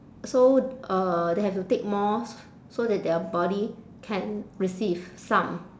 so uh they have to take more so that their body can receive some